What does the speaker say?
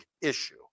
issue